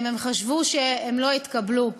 הם חשבו שהם לא יתקבלו.